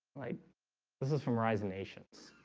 like this is from erisa nations,